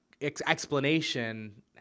explanation